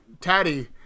Taddy